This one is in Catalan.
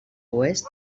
oest